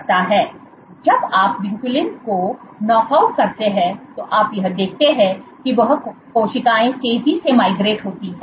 जब आप विनक्यूलिन को नॉकआउट करते हैं तो आप यह देखते हैं कि वह कोशिकाएं तेजी से माइग्रेट होती हैं